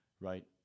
right